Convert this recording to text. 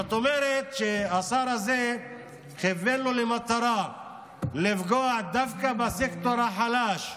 זאת אומרת שהשר הזה כיוון לו למטרה לפגוע דווקא בסקטור החלש במדינה,